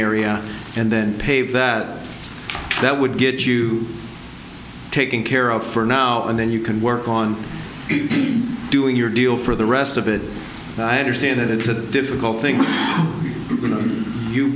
area and then paved that that would get you taken care of for now and then you can work on doing your deal for the rest of it i understand that it's a difficult thing for you you